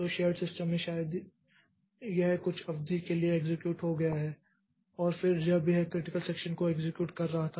तो shared system में शायद यह कुछ अवधि के लिए एक्सेक्यूट किया गया है और फिर जब यह क्रिटिकल सेक्षन को एक्सेक्यूट कर रहा था